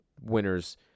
winners